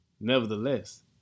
Nevertheless